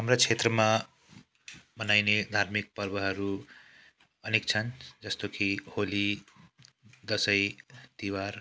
हाम्रा क्षेत्रमा मनाइने धार्मिक पर्वहरू अनेक छन् जस्तो कि होली दसैँ तिहार